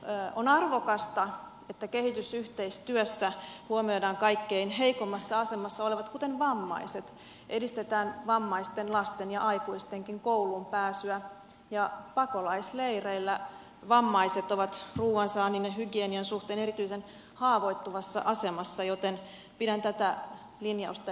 on arvokasta että kehitysyhteistyössä huomioidaan kaikkein heikoimmassa asemassa olevat kuten vammaise t edistetään vammaisten lasten ja aikuistenkin kouluun pääsyä ja pakolaisleireillä vammaiset ovat ruuan saannin ja hygienian suhteen erityisen haavoittuvassa asemassa joten pidän tätä linjausta erittäin hyvänä